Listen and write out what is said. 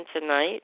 tonight